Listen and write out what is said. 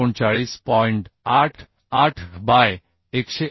88 by 189